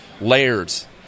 layers